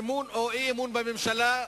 אמון או אי-אמון בממשלה,